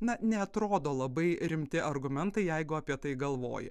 na neatrodo labai rimti argumentai jeigu apie tai galvoji